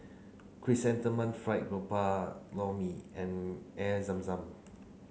Chrysanthemum Fried Garoupa Lor Mee and Air Zam Zam